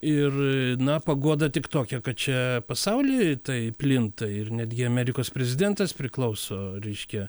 ir na paguoda tik tokia kad čia pasaulyje ir tai plinta ir netgi amerikos prezidentas priklauso reiškia